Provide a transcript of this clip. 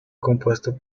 compuesto